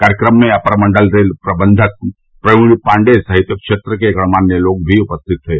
कार्यक्रम में अपर मंडल रेल प्रबंधक प्रवीण पाण्डेय सहित क्षेत्र के गणमान्य लोग भी मौजूद थे